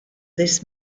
this